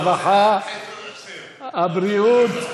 הרווחה והבריאות,